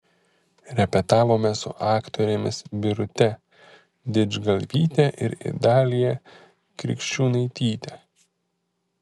repetavome su aktorėmis birute didžgalvyte ir idalija krikščiūnaityte